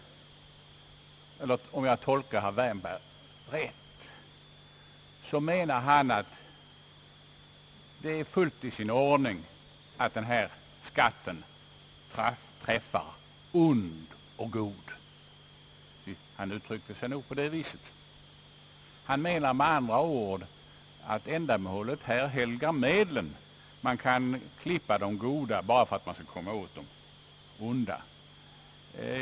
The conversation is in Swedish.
Om jag tolkar herr Wärnberg rätt, menar han att det är fullt i sin ordning att den här skatten träffar ond och god. Han uttryckte sig nog på det viset, och han menar med andra ord att ändamålet helgar medlen. Man skall »klippa» även de goda för att kunna komma åt de onda.